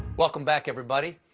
welcome back, everybody.